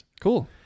Cool